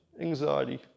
anxiety